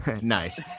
Nice